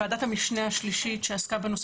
ועדת המשנה השלישית בראשותי שעסקה בנושא